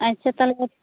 ᱟᱪᱪᱷᱟ ᱛᱟᱦᱚᱞᱮ